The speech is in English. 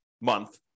month